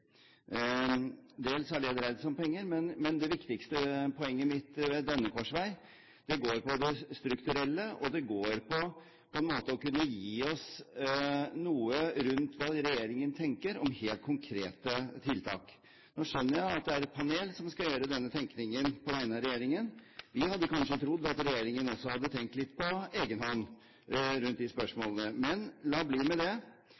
Dels har dét dreid seg om penger, men det viktigste poenget mitt ved denne korsvei går på det strukturelle og det går på – på en måte – å kunne gi oss noe rundt hva regjeringen tenker om helt konkrete tiltak. Jeg skjønner at det er et panel som skal gjøre denne tenkingen på vegne av regjeringen. Vi hadde kanskje trodd at regjeringen også hadde tenkt litt på egen hånd – men la bli med det.